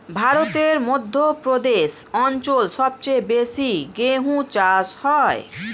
ভারতের মধ্য প্রদেশ অঞ্চল সবচেয়ে বেশি গেহু চাষ হয়